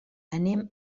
anem